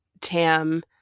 Tam